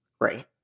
Right